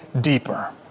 Deeper